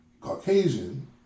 Caucasian